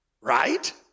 right